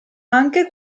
anche